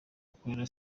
bakorera